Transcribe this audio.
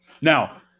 Now